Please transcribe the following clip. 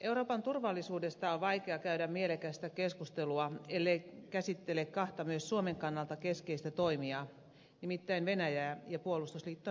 euroopan turvallisuudesta on vaikea käydä mielekästä keskustelua ellei käsittele kahta myös suomen kannalta keskeistä toimijaa nimittäin venäjää ja puolustusliitto natoa